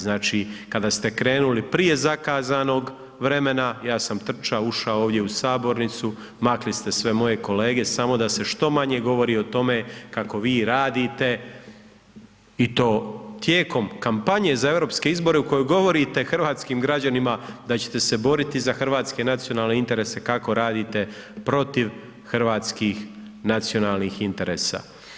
Znači, kada ste krenuli prije zakazanog vremena ja sam trčao, ušao ovdje u sabornicu, makli ste sve moje kolege samo da se što manje govori o tome kako vi radite i to tijekom kampanje za europske izbore u kojoj govorite hrvatskim građanima da ćete se boriti za hrvatske nacionalne interese, kako radite protiv hrvatskih nacionalnih interesa.